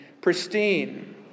pristine